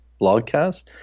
Blogcast